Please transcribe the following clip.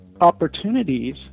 opportunities